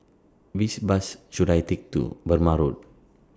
Which Bus should I Take to Burmah Road